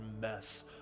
mess